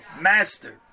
master